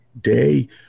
day